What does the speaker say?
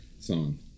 song